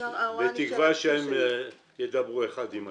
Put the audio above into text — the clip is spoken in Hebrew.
בתקווה שהם ידברו אחד עם השני.